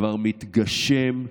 כבר מתגשם,